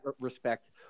respect